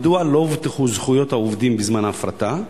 מדוע לא הובטחו זכויות העובדים בזמן ההפרטה,